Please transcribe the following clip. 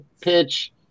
pitch